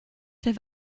have